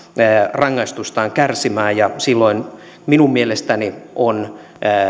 rangaistustaan kärsimään ja silloin minun mielestäni on